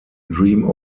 dream